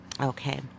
Okay